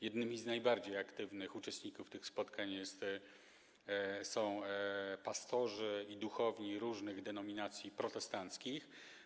Jednymi z najbardziej aktywnych uczestników tych spotkań są pastorzy i duchowni różnych denominacji protestanckich.